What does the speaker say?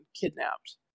kidnapped